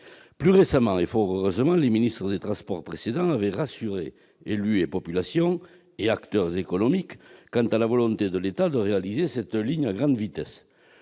Plus récemment, et fort heureusement, les ministres des transports des précédents gouvernements avaient rassuré élus, populations et acteurs économiques quant à la volonté de l'État de réaliser cette ligne à grande vitesse.